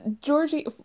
Georgie